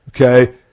Okay